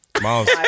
Miles